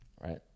Right